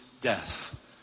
death